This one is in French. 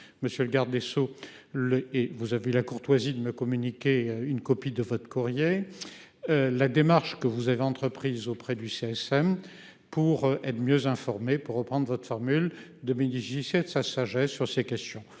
monsieur le garde des Sceaux le et vous avez eu la courtoisie de me communiquer une copie de votre courrier. La démarche que vous avez entreprise auprès du CSM pour être mieux informés pour reprendre votre formule Dominique judiciaire sa sagesse sur ces questions,